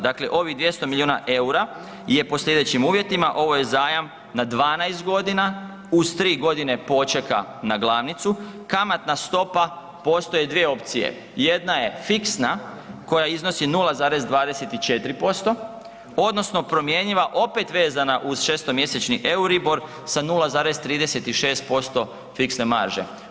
Dakle ovih 200 milijuna eura je po sljedećim uvjetima ovo je zajam na 12 godina uz 3 godine počeka na glavnicu, kamatna stopa postoje dvije opcije, jedna je fiksna koja iznosi 0,24% odnosno promjenjiva opet vezana uz šestomjesečni EURIBOR sa 0,36% fiksne marže.